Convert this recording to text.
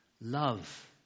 love